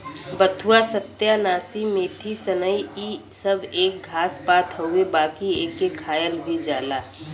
बथुआ, सत्यानाशी, मेथी, सनइ इ सब एक घास पात हउवे बाकि एके खायल भी जाला